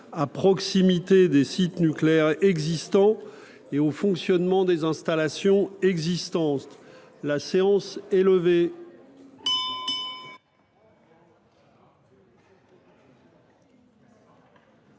à proximité de sites nucléaires existants et au fonctionnement des installations existantes ; Conclusions de